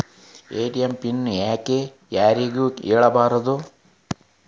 ATM PIN ಯಾಕ್ ಯಾರಿಗೂ ಹೇಳಬಾರದು?